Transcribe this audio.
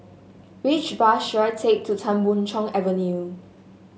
which bus should I take to Tan Boon Chong Avenue